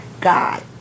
God